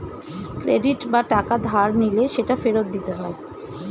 credit বা টাকা ধার নিলে সেটা ফেরত দিতে হয়